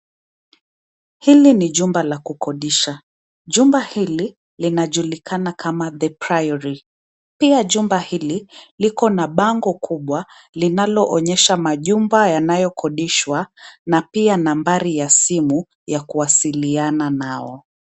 Hili ni jumba la kukodisha, jumba hili linajulikana kama The Priory. Pia jumba hil, liko na bango kubwa linaloonyesha majumba yanayokodishwa na pia nambari ya simu ya kuwasiliana nao.